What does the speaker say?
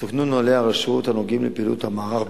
תוקנו נוהלי הרשות הנוגעים לפעילות המערך,